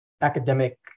academic